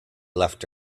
left